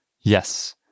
Yes